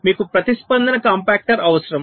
మీకు ప్రతిస్పందన కాంపాక్టర్ అవసరం